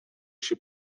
się